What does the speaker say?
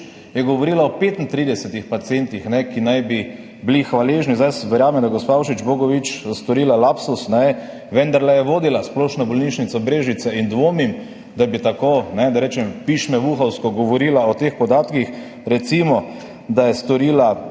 je govorila o 35 pacientih, ki naj bi bili hvaležni. Verjamem, da je gospa Avšič Bogovič naredila lapsus, vendarle je vodila Splošno bolnišnico Brežice in dvomim, da bi tako, da rečem, pišmevuhovsko govorila o teh podatkih. Recimo, da je naredila